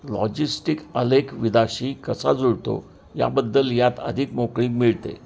logistic आलेख विदाशी कसा जुळतो याबद्दल यात अधिक मोकळीक मिळते